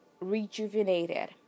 rejuvenated